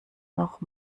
noch